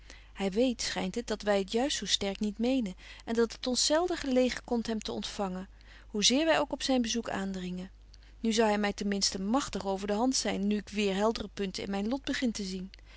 hy weet schynt het dat wy het juist zo sterk niet menen en dat het ons zelden gelegen komt hem te ontfangen hoe zeer wy ook op zyn bezoek aandringen nu zou hy my ten minsten magtig over de hand zyn nu ik weêr heldere punten in myn lot begin te zien